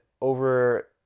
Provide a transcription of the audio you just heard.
over